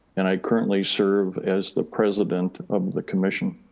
and i currently serve as the president of the commission.